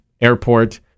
airport